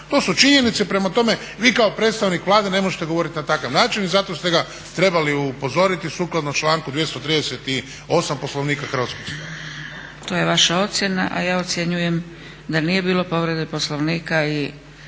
To su činjenice. Prema tome, vi kao predstavnik Vlade ne možete govoriti na takav način i zato ste ga trebali upozoriti sukladno članku 238. Poslovnika Hrvatskog sabora. **Zgrebec, Dragica (SDP)** To je vaša ocjena, a ja ocjenjujem da nije bilo povrede Poslovnika i